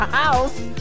house